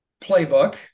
Playbook